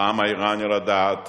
על העם האירני לדעת